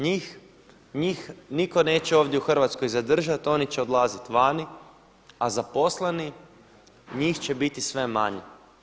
Njih nitko neće ovdje u Hrvatskoj zadržati, oni će odlaziti vani, a zaposleni njih će biti sve manje.